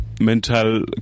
Mental